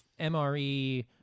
mre